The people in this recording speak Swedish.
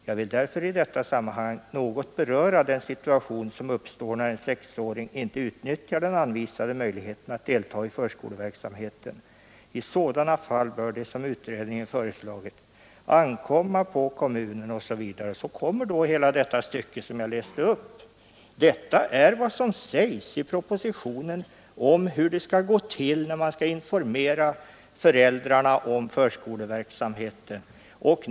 Jag vill därför i detta sammanhang något beröra den situation som uppstår när en sexåring inte utnyttjar den anvisade möjligheten att delta i förskoleverksamheten. I sådana fall bör det som utredningen föreslagit ankomma på kommunen Därefter kommer hela det stycke som jag läste upp tidigare. Detta är vad som sägs i propositionen om hur det skall gå till när kommunerna skall informera om förskoleverksamhet.